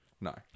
no